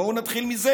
בואו נתחיל מזה.